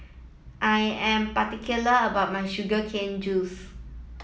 I am particular about my sugar cane juice